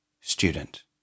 Student